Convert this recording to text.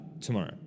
tomorrow